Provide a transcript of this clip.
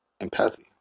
Empathy